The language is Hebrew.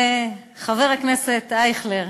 וחבר הכנסת אייכלר,